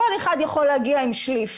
כל אחד יכול להגיע עם שליף.